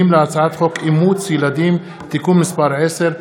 להצעת חוק אימוץ ילדים (תיקון מס' 10),